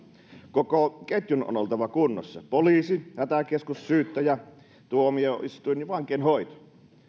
koko ketjun on oltava kunnossa poliisi hätäkeskus syyttäjä tuomioistuin ja vankeinhoito